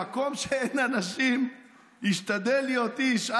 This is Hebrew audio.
במקום שאין אנשים השתדל להיות איש.